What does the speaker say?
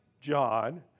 John